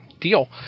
deal